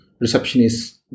receptionist